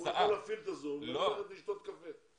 הוא יכול להפעיל את ה-זום וללכת לשתות קפה.